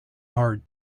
hard